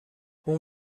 اون